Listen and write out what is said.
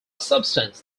substance